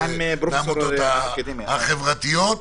בבקשה.